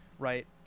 Right